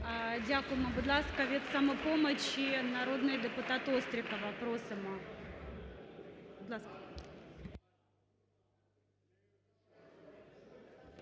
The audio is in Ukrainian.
Дякуємо. Будь ласка, від "Самопомочі" народний депутат Острікова. Просимо. 18:36:31